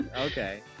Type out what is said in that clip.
okay